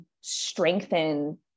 strengthen